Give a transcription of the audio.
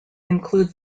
include